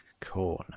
Corn